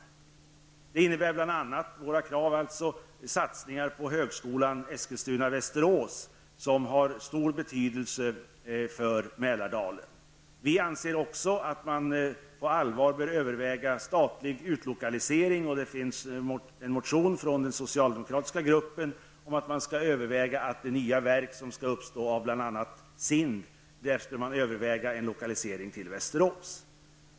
Våra krav innebär bl.a. satsningar på högskolan Eskilstuna/Västerås, som har stor betydelse för Mälardalen. Vi anser också att man på allvar bör överväga statlig utlokalisering. Det finns en motion från den socialdemokratiska gruppen om att man skall överväga att till Västerås lokalisera de nya verk som skall efterträda SIND.